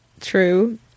true